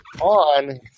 on